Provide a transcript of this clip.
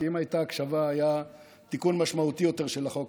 כי אם הייתה הקשבה היה תיקון משמעותי יותר של החוק.